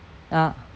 ah